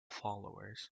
followers